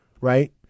right